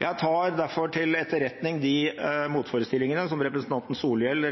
Jeg tar derfor til etterretning de motforestillingene som representanten Solhjell